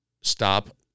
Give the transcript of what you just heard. stop